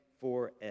forever